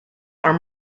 are